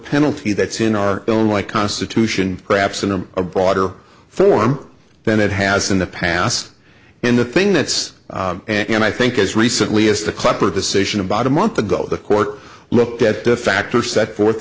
penalty that's in our own like constitution perhaps in a broader form than it has in the past and the thing that's and i think as recently as the klepper of the session about a month ago the court looked at the factor set forth